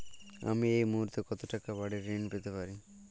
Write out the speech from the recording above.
আমি এই মুহূর্তে কত টাকা বাড়ীর ঋণ পেতে পারি?